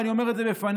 ואני אומר את זה בפניך.